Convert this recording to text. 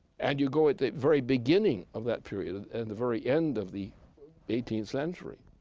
and you go at the very beginning of that period, and the very end of the eighteenth century,